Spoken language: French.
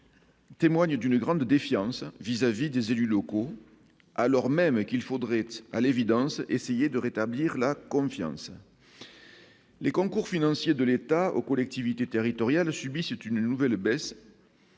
Témoignent d'une grande défiance vis-à-vis des élus locaux, alors même qu'il faudrait à l'évidence : essayer de rétablir la confiance. Les concours financiers de l'État aux collectivités territoriales subissait, c'est une nouvelle baisse.